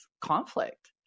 conflict